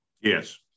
Yes